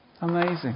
Amazing